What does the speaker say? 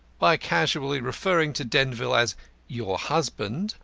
by casually referring to denzil as your husband,